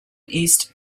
east